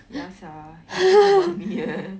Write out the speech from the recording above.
ya sia one mil~